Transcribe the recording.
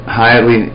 highly